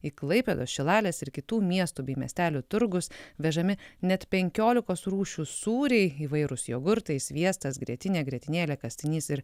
į klaipėdos šilalės ir kitų miestų bei miestelių turgus vežami net penkiolikos rūšių sūriai įvairūs jogurtai sviestas grietinė grietinėlė kastinys ir